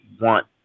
want